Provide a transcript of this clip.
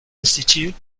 institute